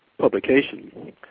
publication